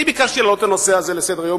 אני ביקשתי להעלות את הנושא הזה לסדר-היום